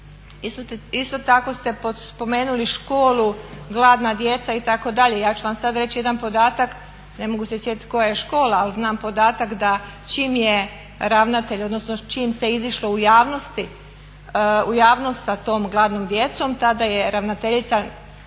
Isto tako ste spomenuli školu, gladna djeca itd. Ja ću vam sad reći jedan podatak, ne mogu se sjetiti koja je škola ali znam podatak da čim je ravnatelj odnosno čim se izišlo u javnost sa tom gladnom djecom tada je ravnateljica